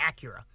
Acura